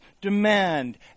Demand